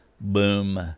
Boom